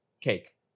cake